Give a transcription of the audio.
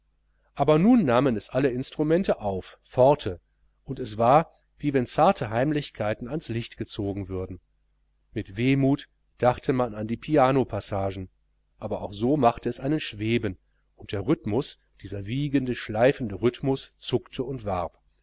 aber nun nahmen es alle instrumente auf forte und es war wie wenn zarte heimlichkeiten ans licht gezogen würden mit wehmut dachte man an die pianopassagen aber auch so machte es einen schweben und der rhythmus dieser wiegende schleifende rhythmus zuckte und warb